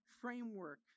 framework